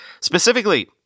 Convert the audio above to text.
Specifically